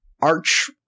Arch